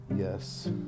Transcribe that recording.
Yes